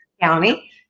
county